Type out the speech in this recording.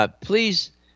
Please